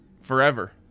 forever